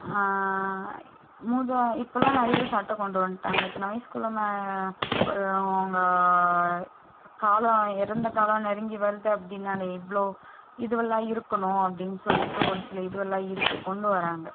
முதல் இப்போல்லாம் நிறையவே சட்டம் கொண்டு வந்துட்டாங்க இத்தனை வயசுக்குள்ள மே ஒரு அவங்க காலம் இறந்த காலம் நெருங்கி வருது அப்படின்னாலே இவ்வளோ இதுவெல்லாம் இருக்கணும் அப்படின்னு சொல்லிட்டு ஒரு சில இதுவெல்லாம் இருக்கும் கொண்டு வராங்கள்